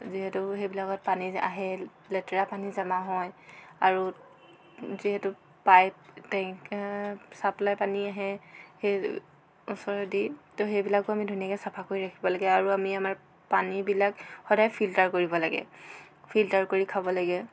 যিহেতু সেইবিলাকত পানী আহে লেতেৰা পানী জমা হয় আৰু যিহেতু পাইপ টেংক ছাপ্লাই পানী আহে সেই ওচৰেদি ত' সেইবিলাকো আমি ধুনীয়াকৈ চফা কৰি ৰাখিব লাগে আৰু আমি আমাৰ পানীবিলাক সদাই ফিল্টাৰ কৰিব লাগে ফিল্টাৰ কৰি খাব লাগে